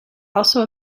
also